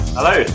Hello